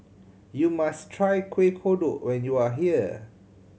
you must try Kueh Kodok when you are here